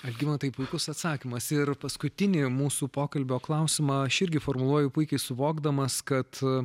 algimantai puikus atsakymas ir paskutinį mūsų pokalbio klausimą aš irgi formuluoju puikiai suvokdamas kad